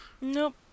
Nope